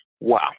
Wow